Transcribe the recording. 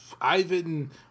Ivan